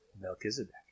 Melchizedek